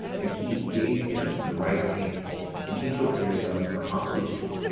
and he gave them the right hand and he took their sons for hostages,